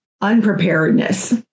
unpreparedness